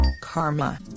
karma